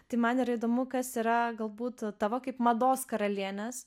tai man yra įdomu kas yra galbūt tavo kaip mados karalienės